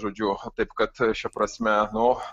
žodžiu taip kad šia prasme nu